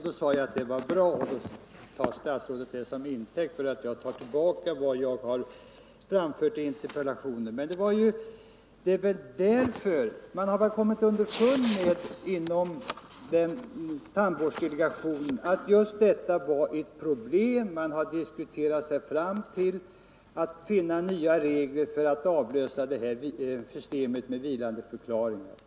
Då jag sade att detta var bra, tog statsrådet som sagt det som intäkt för att jag inte står fast vid vad jag har framfört i interpellationen. Men det är väl på grund av att man inom tandvårdsdelegationen har kommit underfund med att just detta var ett problem som man har Nr 126 diskuterat sig fram till nya regler för att avlösa det här systemet med Torsdagen den vilandeförklaring.